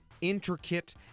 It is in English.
intricate